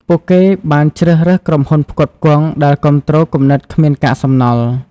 ពួកគេបានជ្រើសរើសក្រុមហ៊ុនផ្គត់ផ្គង់ដែលគាំទ្រគំនិតគ្មានកាកសំណល់។